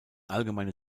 allgemeine